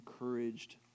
encouraged